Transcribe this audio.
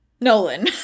Nolan